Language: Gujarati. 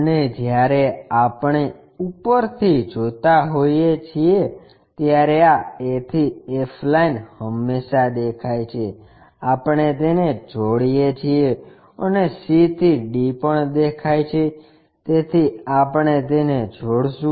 અને જ્યારે આપણે ઉપરથી જોતા હોઈએ છીએ ત્યારે આ a થી f લાઇન હંમેશા દેખાય છે આપણે તેને જોડીએ છીએ અને c થી d પણ દેખાઈ છે તેથી આપણે તેને જોડશું